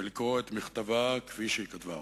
ולקרוא את מכתבה כפי שהיא כתבה אותו: